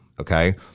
okay